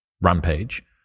rampage